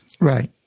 Right